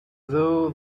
though